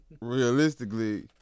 realistically